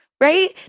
right